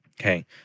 Okay